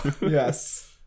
Yes